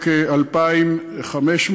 לכ-2,500